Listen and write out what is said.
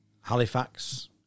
Halifax